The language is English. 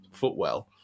footwell